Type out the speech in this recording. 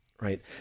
right